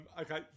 okay